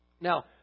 Now